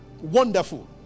Wonderful